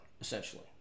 essentially